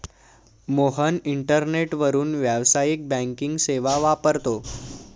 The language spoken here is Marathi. मोहन इंटरनेटवरून व्यावसायिक बँकिंग सेवा वापरतो